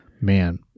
Man